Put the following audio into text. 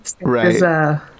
Right